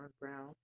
Brown